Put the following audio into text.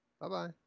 Bye-bye